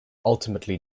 ultimately